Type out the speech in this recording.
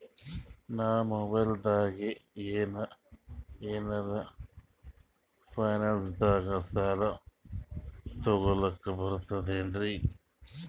ನಾ ಮೊಬೈಲ್ದಾಗೆ ಏನರ ಫೈನಾನ್ಸದಾಗ ಸಾಲ ತೊಗೊಲಕ ಬರ್ತದೇನ್ರಿ?